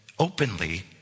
Openly